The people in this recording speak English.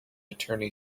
attorney